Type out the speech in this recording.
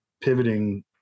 pivoting